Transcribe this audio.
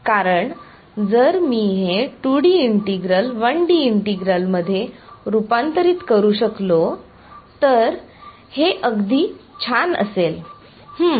कारण जर मी हे 2D इंटिग्रल 1 डी इंटिग्रल मध्ये रूपांतरित करू शकलो तर ते अगदी छान असेल हं